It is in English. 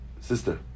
sister